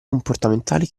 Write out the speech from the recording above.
comportamentali